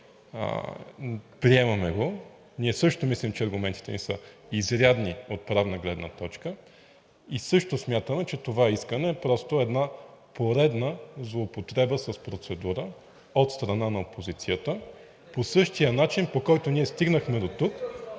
приемаме го. Ние също мислим, че аргументите ни са изрядни от правна гледна точка и също смятаме, че това искане е просто една поредна злоупотреба с процедура от страна на опозицията, по същия начин, по който ние стигнахме дотук